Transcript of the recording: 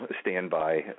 standby